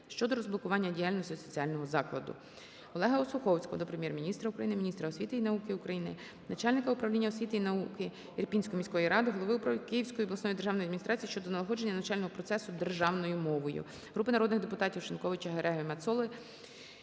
ОлегаОсуховського до Прем'єр-міністра України, міністра освіти і науки України, начальника Управління освіти і науки Ірпіньської міської ради, голови Київської обласної державної адміністрації щодо налагодження навчального процесу державною мовою. Групи народних депутатів (Шиньковича, Гереги, Мацоли)